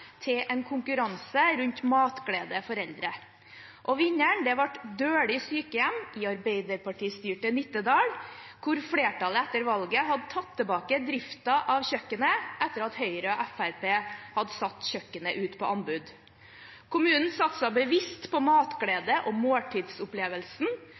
til en konkurranse rundt matglede for eldre. Vinneren ble Døli sykehjem i arbeiderpartistyrte Nittedal, hvor flertallet etter valget hadde tatt tilbake driften av kjøkkenet etter at Høyre og Fremskrittspartiet hadde satt kjøkkenet ut på anbud. Kommunen satset bevisst på